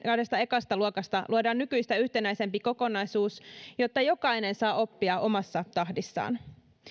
kahdesta ekasta luokasta luodaan nykyistä yhtenäisempi kokonaisuus jotta jokainen saa oppia omassa tahdissaan